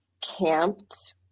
camped